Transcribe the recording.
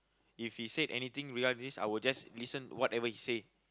if he say anything regarding this I will just listen whatever he say